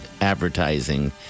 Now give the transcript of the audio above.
advertising